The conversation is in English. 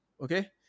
okay